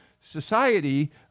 society